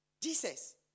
Jesus